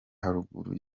haruguru